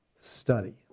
Study